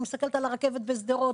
אני מסתכלת על הרכבת בשדרות,